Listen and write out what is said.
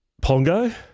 Pongo